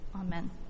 Amen